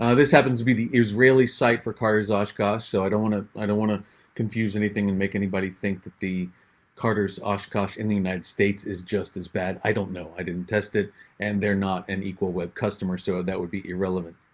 ah this happens to be the israeli site for carters oshkosh. so i don't want to i don't want to confuse anything and make anybody think that the carters oshkosh in the united states is just as bad. i don't know, i didn't test it and they're not an equal web customer, so that would be irrelevant.